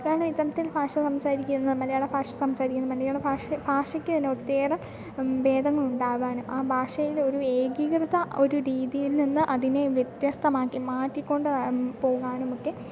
കാരണം ഇത്തരത്തിൽ ഭാഷ സംസാരിക്കുന്ന മലയാള ഭാഷ സംസാരിക്കുന്ന മലയാള ഭാഷ ഭാഷയ്ക്കു തന്നെ ഒത്തിരിയേറെ ഭേദങ്ങൾ ഉണ്ടാകാൻ ആ ഭാഷയിൽ ഒരു ഏകീകൃത ഒരു രീതിയിൽ നിന്ന് അതിനെ വ്യത്യസ്തമാക്കി മാറ്റിക്കൊണ്ട് പോകാനുമൊക്കെ